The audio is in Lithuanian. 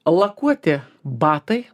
lakuoti batai